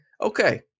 Okay